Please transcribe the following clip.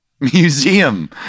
museum